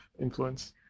influence